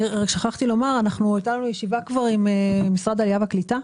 שכחתי לומר שכבר הייתה לנו ישיבה עם משרד העלייה והקליטה.